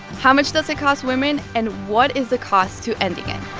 how much does it cost women? and what is the cost to ending it?